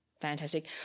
Fantastic